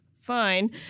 fine